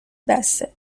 بسه